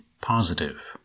positive